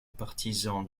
partisans